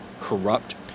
corrupt